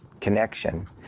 connection